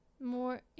more